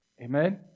Amen